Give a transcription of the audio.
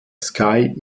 sky